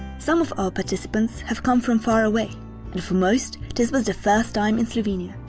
some of our participants have come from far away and for most this was their first time in slovenia,